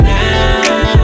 now